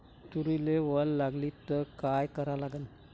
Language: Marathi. तुरीले वल लागली त का करा लागन?